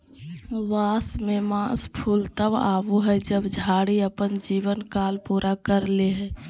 बांस में मास फूल तब आबो हइ जब झाड़ी अपन जीवन काल पूरा कर ले हइ